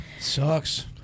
Sucks